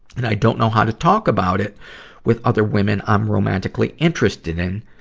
and i don't know how to talk about it with other women i'm romantically interested in.